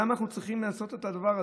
למה אנחנו צריכים לעשות את הדבר הזה?